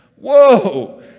Whoa